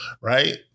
right